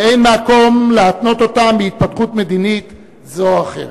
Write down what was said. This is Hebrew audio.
ואין מקום להתנות אותו בהתפתחות מדינית זו או אחרת.